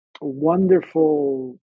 wonderful